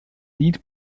lied